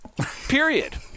period